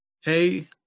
Hey